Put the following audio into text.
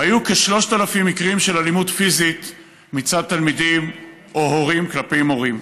היו כ-3,000 מקרים של אלימות פיזית מצד תלמידים או הורים כלפי מורים.